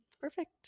Perfect